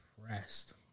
impressed